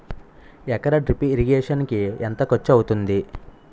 ఎకర drip irrigation కి ఎంత ఖర్చు అవుతుంది?